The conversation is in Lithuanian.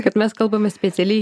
kad mes kalbame specialiai